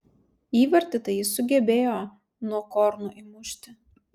įvartį tai jis sugebėjo nuo korno įmušti